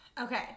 okay